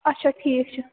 اَچھا ٹھیٖک چھُ